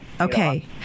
okay